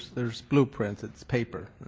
there's blueprints. it's paper.